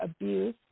abuse